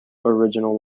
original